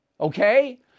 Okay